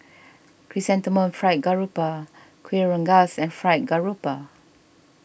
Chrysanthemum Fried Garoupa Kueh Rengas and Fried Garoupa